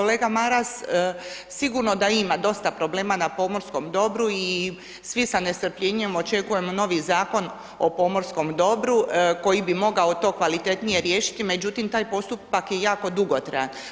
Kolega Maras, sigurno da ima dosta problema na pomorskom dobru i svi sa nestrpljenjem očekujemo novi Zakon o pomorskom dobru koji bi mogao to kvalitetnije riješiti, međutim taj postupak je jako dugotrajan.